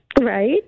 Right